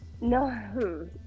No